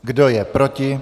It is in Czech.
Kdo je proti?